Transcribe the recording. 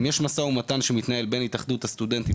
יש משא ומתן שמתנהל בין התאחדות הסטודנטים